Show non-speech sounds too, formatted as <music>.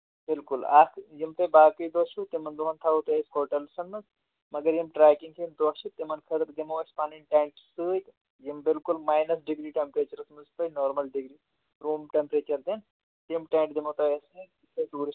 بلکل اَکھ یِم تۄہہِ باقٕے دۄہ چھِو تِمَن دۄہَن تھاوَو تۄہہِ أسۍ ہوٹَلسَن منٛز مَگر یِم ٹرٛیکِنٛگ ہِنٛدۍ دۄہ چھِ تِمَن خٲطرٕ دِمو أسۍ پَنٕنۍ ٹٮ۪نٛٹ سۭتۍ یِم بِلکُل ماینَس ڈِگری ٹٮ۪مپٔریچرَس منٛز تۄہہِ نارمَل ڈِگری روٗم ٹٮ۪مپریچَر دِن تِم ٹٮ۪نٛٹ دِمو تۄہہِ <unintelligible> ٹوٗرِسٹ